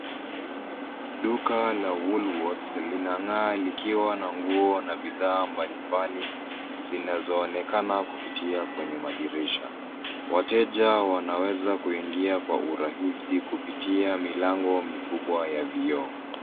Duka la Woolworths linang'aa likiwa na nguo na bidhaa mbalimbali zinazoonekana kupitia kwenye madirisha. Wateja wanaweza kuingia kwa urahisi kupitia milango mikubwa ya vioo.